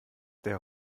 der